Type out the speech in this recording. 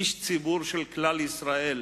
איש ציבור של כלל ישראל,